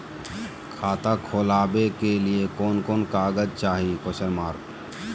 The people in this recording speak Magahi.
खाता खोलाबे के लिए कौन कौन कागज चाही?